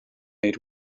eight